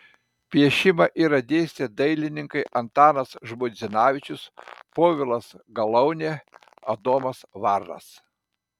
piešimą yra dėstę dailininkai antanas žmuidzinavičius povilas galaunė adomas varnas